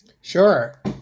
Sure